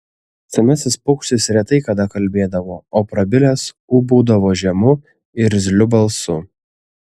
senasis paukštis retai kada kalbėdavo o prabilęs ūbaudavo žemu irzliu balsu